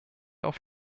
auf